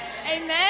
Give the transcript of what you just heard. Amen